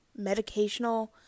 medicational